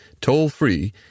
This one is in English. toll-free